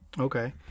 Okay